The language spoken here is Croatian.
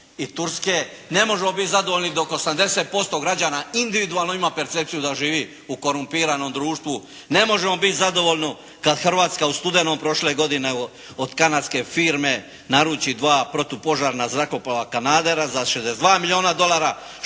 i Turske, ne možemo biti zadovoljni dok 80% građana individualno ima percepciju da živi u korumpiranom društvu, ne možemo biti zadovoljni kad Hrvatska u studenom prošle godine od kanadske firme naruči dva protupožarna zrakoplova, kanadera za 62 milijona dolara, Španjolska